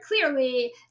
clearly